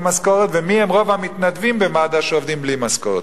משכורת ומי הם רוב המתנדבים במד"א שעובדים בלי משכורת.